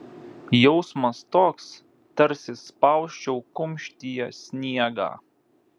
jausmas toks tarsi spausčiau kumštyje sniegą